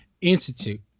Institute